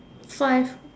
five